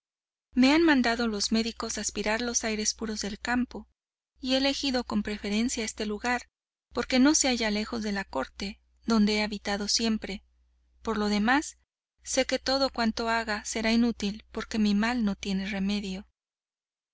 me han mandado los médicos aspirar los aires puros del campo y he elegido con preferencia este lugar porque no se halla lejos de la corte donde he habitado siempre por lo demás sé que todo cuanto haga será inútil porque mi mal no tiene remedio